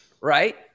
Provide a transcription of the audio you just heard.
Right